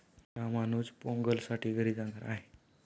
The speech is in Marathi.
रामानुज पोंगलसाठी घरी जाणार आहे